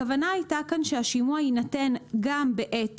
הכוונה כאן הייתה שהשימוע יינתן גם בעת